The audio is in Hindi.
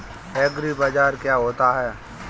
एग्रीबाजार क्या होता है?